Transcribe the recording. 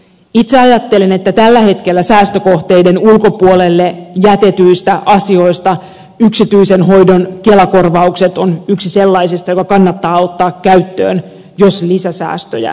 itse ajattelen että tällä hetkellä säästökohteiden ulkopuolelle jätetyistä asioista yksityisen hoidon kelakorvaukset ovat yksi sellainen joka kannattaa ottaa käyttöön jos lisäsäästöjä tarvitaan